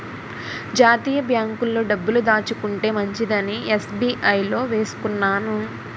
జాతీయ బాంకుల్లో డబ్బులు దాచుకుంటే మంచిదని ఎస్.బి.ఐ లో వేసుకున్నాను